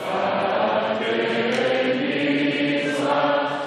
(תרועת חצוצרות)